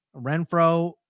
Renfro